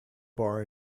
bar